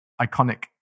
iconic